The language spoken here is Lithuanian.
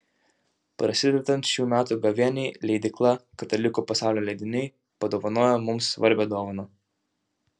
prasidedant šių metų gavėniai leidykla katalikų pasaulio leidiniai padovanojo mums svarbią dovaną